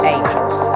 Angels